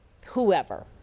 whoever